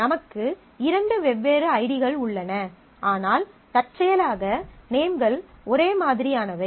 நமக்கு இரண்டு வெவ்வேறு ஐடிகள் உள்ளன ஆனால் தற்செயலாக நேம்கள் ஒரே மாதிரியானவை